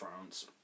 France